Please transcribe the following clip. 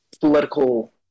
political